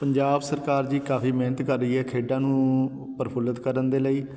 ਪੰਜਾਬ ਸਰਕਾਰ ਜੀ ਕਾਫ਼ੀ ਮਿਹਨਤ ਕਰ ਰਹੀ ਹੈ ਖੇਡਾਂ ਨੂੰ ਪ੍ਰਫੁੱਲਿਤ ਕਰਨ ਦੇ ਲਈ